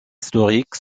historiques